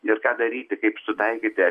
ir ką daryti kaip sutaikyti